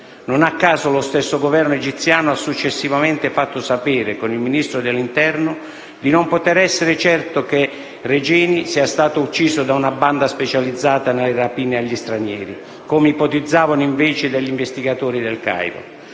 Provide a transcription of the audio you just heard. Non a caso lo stesso Governo egiziano ha successivamente fatto sapere - con il Ministro dell'interno - di non poter essere certo che Regeni sia stato ucciso da una banda specializzata nelle rapine agli stranieri, come ipotizzato invece dagli investigatori del Cairo.